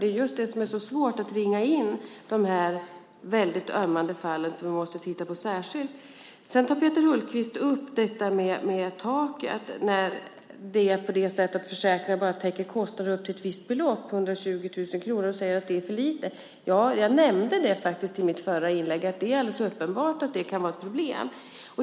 Det är just det som gör det svårt att ringa in de väldigt ömmande fall som vi måste titta på särskilt. Peter Hultqvist tar upp frågan om taket och att försäkringar bara täcker kostnader upp till ett visst belopp, 120 000 kronor, och säger att det är för lite. Jag nämnde i mitt förra inlägg att det är alldeles uppenbart att det kan vara ett problem.